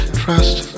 trust